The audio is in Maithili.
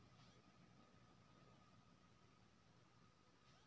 ऑनलाइन हम अपन खाता के विवरणी केना देख सकै छी?